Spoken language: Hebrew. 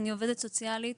אני עובדת סוציאלית,